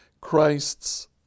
Christ's